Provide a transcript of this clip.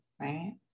right